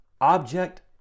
object